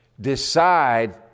decide